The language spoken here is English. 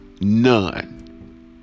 None